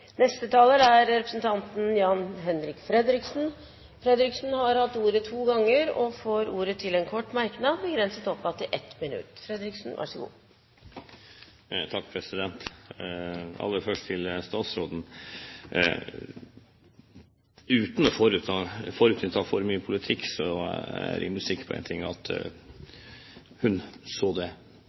Neste taler er representanten Jan-Henrik Fredriksen, som har hatt ordet to ganger tidligere og får ordet til en kort merknad, begrenset til 1 minutt. Aller først til statsråden: Uten å forutsette for mye politikk, så er jeg rimelig sikker på én ting, at hun så det